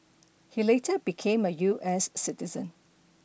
he later became a U S citizen